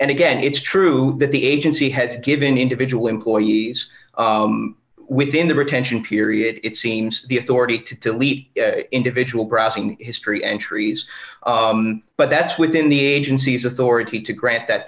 and again it's true that the agency has given individual employees within the retention period it seems the authority to delete individual browsing history entries but that's within the agency's authority to grant that